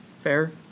Fair